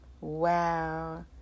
Wow